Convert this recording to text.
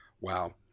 Wow